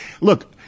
Look –